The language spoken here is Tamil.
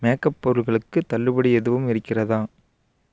மேக்கப் பொருட்களுக்கு தள்ளுபடி எதுவும் இருக்கிறதா